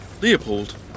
Leopold